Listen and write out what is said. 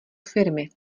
firmy